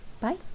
bye